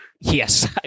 Yes